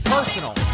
Personal